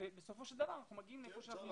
ובסופו של דבר אנחנו מגיעים לאן שאנחנו מגיעים.